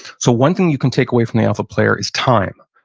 so one thing you can take away from the alpha player is time.